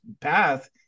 path